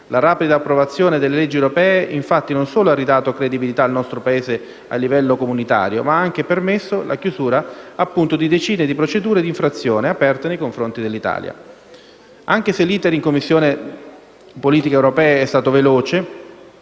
La rapida approvazione delle leggi europee, infatti, non solo ha ridato credibilità al nostro Paese a livello comunitario, ma ha anche permesso la chiusura di decine di procedure di infrazione aperte nei confronti dell'Italia. Anche se l'*iter* in Commissione politiche europee è stato veloce,